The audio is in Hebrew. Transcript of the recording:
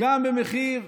גם במחיר,